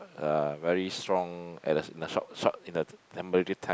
uh very strong at the short short in a temporary time